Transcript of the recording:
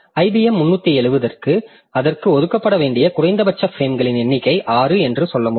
IBM 370 க்கு அதற்கு ஒதுக்கப்பட வேண்டிய குறைந்தபட்ச பிரேம்களின் எண்ணிக்கை 6 என்று சொல்ல முடியும்